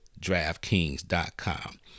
DraftKings.com